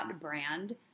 brand